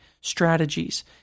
strategies